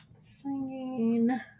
singing